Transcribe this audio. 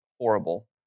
horrible